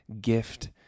gift